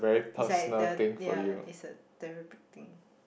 is like the ya a therapeutic thing